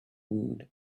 wood